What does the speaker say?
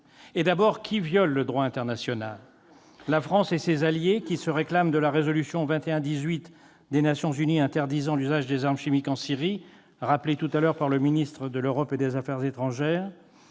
Et d'abord, qui viole le droit international ? La France et ses alliés, qui se réclament de la résolution 2118 des Nations unies interdisant l'usage des armes chimiques en Syrie, rappelée tout à l'heure par le ministre de l'Europe et des affaires étrangères ?